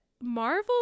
Marvel